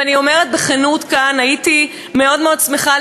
ואני אומרת בכנות כאן: הייתי מאוד שמחה